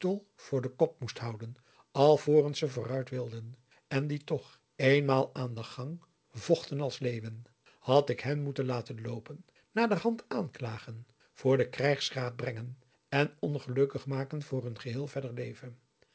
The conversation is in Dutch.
voor den kop moest houden alvorens ze vooruit wilden en die toch eenmaal aan den gang vochten als leeuwen had ik hen moeten laten loopen naderhand aanklagen voor den krijgsraad brengen en ongelukkig maken voor hun geheel verder leven